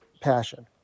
passion